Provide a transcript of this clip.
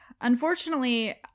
unfortunately